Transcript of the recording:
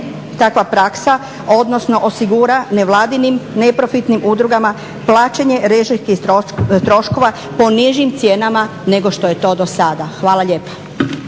takva praksa, odnosno osigura nevladinim neprofitnim udrugama plaćanje režijskih troškova po nižim cijenama nego što je to do sada. Hvala lijepa.